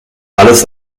alles